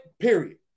period